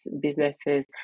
businesses